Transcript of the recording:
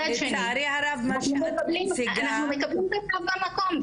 מצד שני אנחנו מקבלים את הצו במקום.